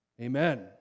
Amen